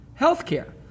healthcare